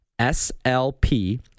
SLP